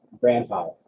grandfather